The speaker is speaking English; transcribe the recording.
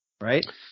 Right